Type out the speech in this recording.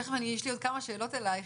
יש לי עוד כמה שאלות אלייך,